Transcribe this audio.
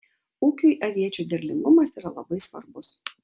ūkiui aviečių derlingumas yra labai svarbus